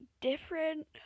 different